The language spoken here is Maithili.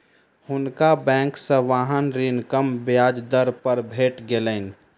हुनका बैंक से वाहन ऋण कम ब्याज दर पर भेट गेलैन